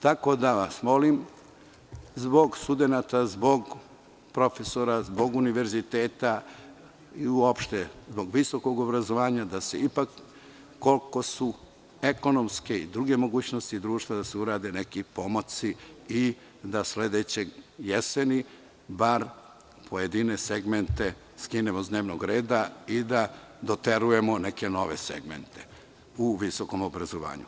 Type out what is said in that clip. Tako da, molim vas, zbog studenata, zbog profesora, zbog univerziteta i uopšte zbog visokog obrazovanja, da se urade neki pomaci, koliko dozvoljavaju ekonomske i druge mogućnosti društva, da sledeće jeseni bar pojedine segmente skinemo sa dnevnog reda i da doterujemo neke nove segmente u visokom obrazovanju.